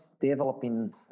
developing